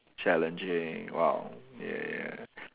challenging !wow! yeah